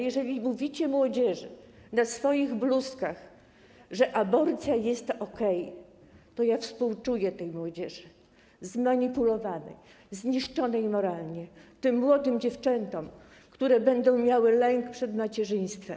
Jeżeli mówicie młodzieży na swoich bluzkach, że aborcja jest okej, to ja współczuję tej młodzieży, zmanipulowanej, zniszczonej moralnie, tym młodym dziewczętom, które będą miały lęk przed macierzyństwem.